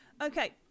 Okay